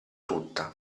tutta